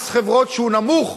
מס חברות שהוא נמוך,